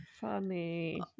Funny